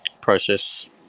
process